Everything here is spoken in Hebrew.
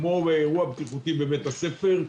כמו לאירוע בטיחותי בבית הספר,